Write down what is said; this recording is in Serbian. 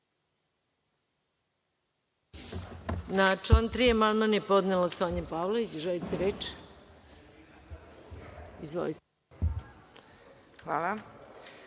Hvala.